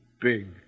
big